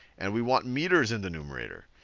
and we want meters in the numerator.